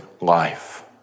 life